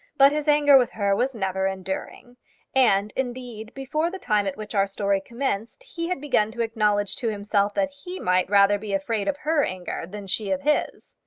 but his anger with her was never enduring and, indeed, before the time at which our story commenced he had begun to acknowledge to himself that he might rather be afraid of her anger than she of his.